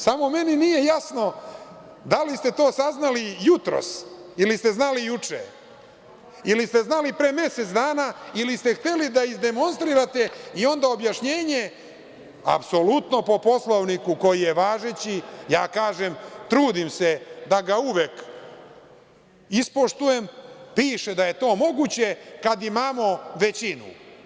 Samo meni nije jasno da li ste to saznali jutros ili ste znali juče, ili ste znali pre mesec dana, ili ste hteli da izdemonstrirate i onda objašnjenje, apsolutno po Poslovniku koji je važeći, ja kažem – trudim se da ga uvek ispoštujem, piše da je to moguće, kad imamo većinu.